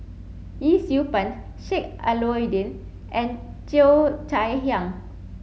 Yee Siew Pun Sheik Alau'ddin and Cheo Chai Hiang